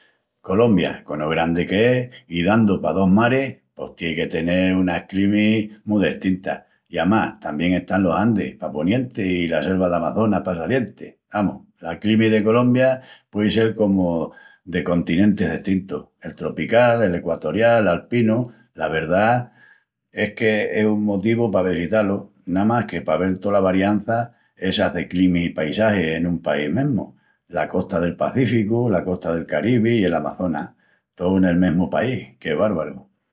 Colombia, cono grandi que es i dandu pa dos maris pos tien que tenel unas climis mu destintas. I amás tamién están los Andis pa ponienti i la selva del Amazonas pa salienti. Amus, la climi de Colombia puei sel comu de continentis destintus: el tropical, el equatorial, l'alpinu. La verdá es que es un motivu pa vesitá-lu. Namás que pa vel tola variança essa de climis i paisagis en un país mesmu. La costa del Pacíficu, la Costa del Caribi i el Amazonas tou nel mesmu país. Qué bárbaru!